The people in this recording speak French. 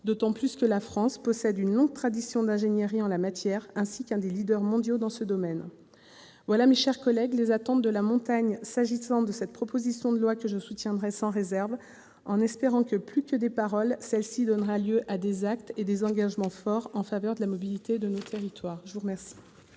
d'autant plus que la France possède une longue tradition d'ingénierie en la matière, ainsi que l'un des leaders mondiaux dans ce domaine. Telles sont, mes chers collègues, les attentes de la montagne s'agissant de cette proposition de loi, que je soutiendrai sans réserve, en espérant que, plus qu'à des paroles, ce texte donnera lieu à des actes et à des engagements forts en faveur de la mobilité dans nos territoires. La parole